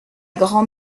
grand